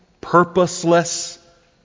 purposeless